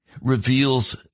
reveals